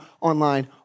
online